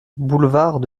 boulevard